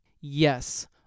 Yes